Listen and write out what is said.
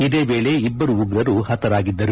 ಇದೇ ವೇಳೆ ಇಬ್ಬರು ಉಗ್ರರು ಹತರಾಗಿದ್ದರು